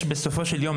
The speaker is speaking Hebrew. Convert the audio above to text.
בסופו של יום,